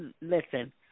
listen